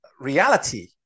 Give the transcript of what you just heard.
reality